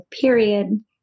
period